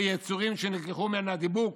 כ'יצורים' שנלקחו מן 'הדיבוק'